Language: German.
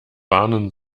warnen